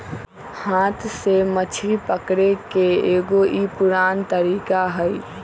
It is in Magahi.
हाथ से मछरी पकड़े के एगो ई पुरान तरीका हई